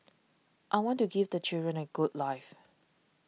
I want to give the children a good life